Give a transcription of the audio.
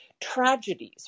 tragedies